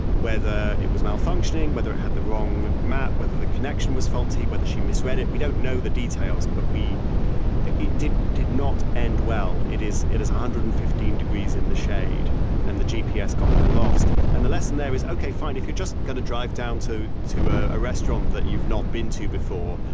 whether it was malfunctioning, whether it had the wrong map, whether the connection was faulty, whether she misread it. we dont know the details, but we did did not end well. it is it is one hundred and fifteen degrees in the shade and the g. p. s got her lost. and the lesson there is, okay, fine, if you're just going to drive down to to ah a restaurant that you've not been to before,